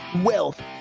wealth